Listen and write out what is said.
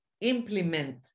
implement